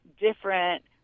different